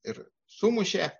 ir sumušė